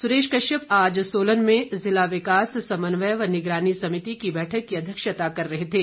सुरेश कश्यप आज सोलन में जिला विकास समन्वय व निगरानी समिति की बैठक की अध्यक्षता कर रहे थे